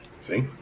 See